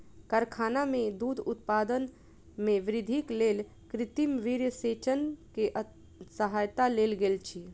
कारखाना में दूध उत्पादन में वृद्धिक लेल कृत्रिम वीर्यसेचन के सहायता लेल गेल अछि